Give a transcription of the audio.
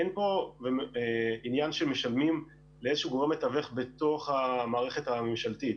אין פה עניין שמשלמים לאיזה שהוא גורם מתווך בתוך המערכת הממשלתית.